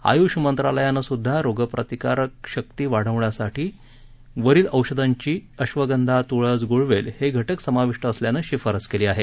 आयूष मंत्रालयाने सुद्धा रोगप्रतिकारक शक्ती वाढवण्यासाठी वरील औषधाची अक्षगंघा तुळस गुळवेल हे घटक समाविष्ट असल्याने शिफारस केली आहे